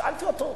שאלתי אותו.